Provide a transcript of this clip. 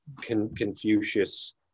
Confucius